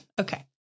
Okay